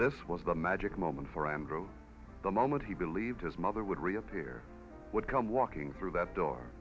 this was a magic moment for andrew the moment he believed his mother would reappear would come walking through that do